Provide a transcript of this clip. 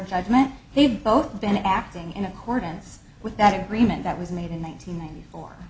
judgment they've both been acting in accordance with that agreement that was made in one nine hundred ninety four